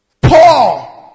Paul